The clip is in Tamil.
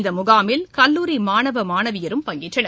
இந்த முகாமில் கல்லூரி மாணவ மாணவியரும் பங்கேற்றனர்